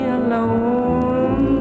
alone